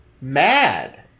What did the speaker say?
mad